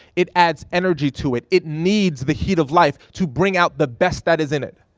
it adds energy to it, it needs the heat of life to bring out the best that is in it.